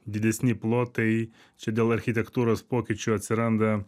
didesni plotai čia dėl architektūros pokyčių atsiranda